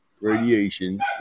radiation